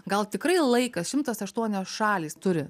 gal tikrai laikas šimtas aštuonios šalys turi